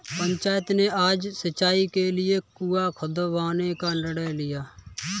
पंचायत ने आज सिंचाई के लिए कुआं खुदवाने का निर्णय लिया है